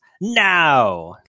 now